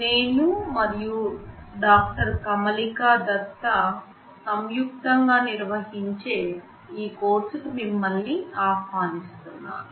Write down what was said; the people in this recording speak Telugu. నేను మరియు డాక్టర్ కమలిక దత్తా సంయుక్తం గా నిర్వహించే ఈ కోర్సుకు మిమ్మల్ని ఆహ్వానిస్తున్నాను